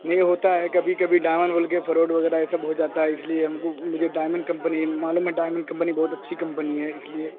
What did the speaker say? یہی ہوتا ہے کبھی کبھی ڈائمن بول کے فراڈ وغیرہ یہ سب ہو جاتا ہے اس لیے ہم کو مجھے ڈائمن کمپنی معلوم ہے ڈائمنڈ کمپنی بہت اچھی کمپنی ہے اس لیے